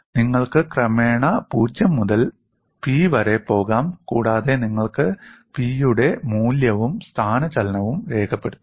നിങ്ങൾക്ക് ക്രമേണ 0 മുതൽ P വരെ പോകാം കൂടാതെ നിങ്ങൾക്ക് P യുടെ മൂല്യവും സ്ഥാനചലനവും രേഖപ്പെടുത്താം